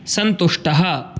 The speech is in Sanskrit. सन्तुष्टः